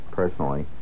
personally